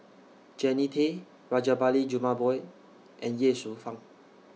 Jannie Tay Rajabali Jumabhoy and Ye Shufang